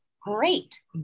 Great